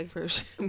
version